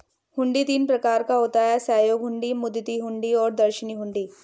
हुंडी तीन प्रकार का होता है सहयोग हुंडी, मुद्दती हुंडी और दर्शनी हुंडी